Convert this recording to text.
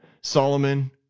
Solomon